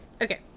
Okay